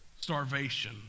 starvation